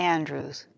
Andrews